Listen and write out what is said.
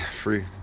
free